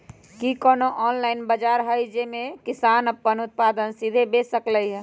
कि कोनो ऑनलाइन बाजार हइ जे में किसान अपन उत्पादन सीधे बेच सकलई ह?